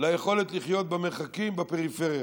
ליכולת לחיות במרחקים, בפריפריה.